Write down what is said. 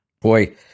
Boy